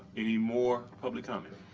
any more public comment?